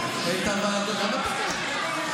כל השינויים שעשיתם,